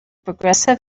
progressive